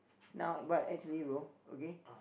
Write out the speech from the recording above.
now but actually bro okay